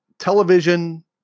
television